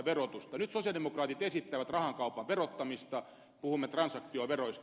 nyt sosialidemokraatit esittävät rahan kaupan verottamista puhumme transaktioveroista